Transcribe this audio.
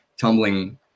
tumbling